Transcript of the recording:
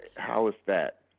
how is that?